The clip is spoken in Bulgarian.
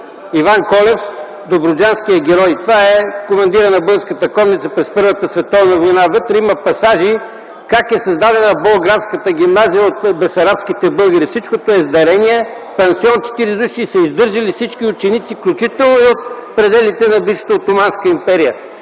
Иван Колев – добруджанският герой”. Това е командирът на българската конница през Първата световна война. Вътре има пасажи как е създадена Болградската гимназия от бесарабските българи. Всичко е с дарения. Издържали са пансион от 40 души – всички ученици, включително и в пределите на бившата Отоманска империя.